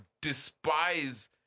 despise